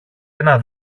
ένα